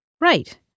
Right